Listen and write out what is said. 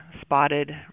spotted